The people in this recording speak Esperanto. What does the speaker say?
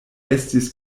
estis